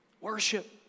Worship